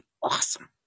awesome